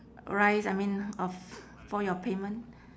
rise I mean of for your payment